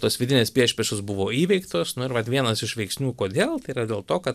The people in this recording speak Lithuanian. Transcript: tos vidinės priešpriešos buvo įveiktos nu ir vat vienas iš veiksnių kodėl tai yra dėl to kad